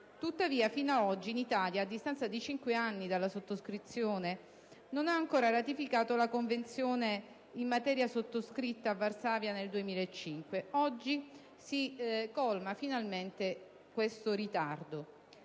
Tuttavia, fino ad oggi, a distanza di cinque anni dalla firma, l'Italia non ha ancora ratificato la Convenzione in materia sottoscritta a Varsavia nel 2005. Oggi si colma finalmente questo ritardo.